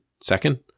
second